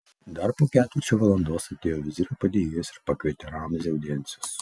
dar po ketvirčio valandos atėjo vizirio padėjėjas ir pakvietė ramzį audiencijos